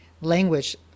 language